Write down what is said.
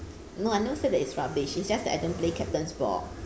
no I never say that it's rubbish it's just that I don't play captain's ball